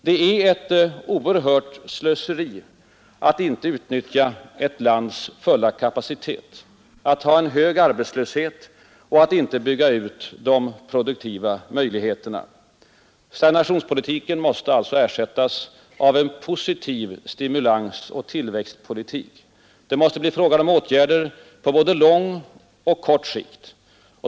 Det oerhörda slöseri med resurser som det innebär att icke utnyttja ett lands fulla kapacitet, att ha en hög arbetslöshet och att inte i sysselsättningsskapande syfte bygga ut de produktiva resurserna måste bekämpas. Stagnationspolitiken måste ersättas av en positiv stimulans och tillväxtpolitik. Det måste bli fråga om åtgärder på både lång och kort sikt.